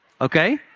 Okay